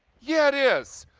yeah, it is.